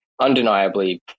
undeniably